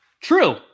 True